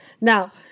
Now